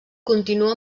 continua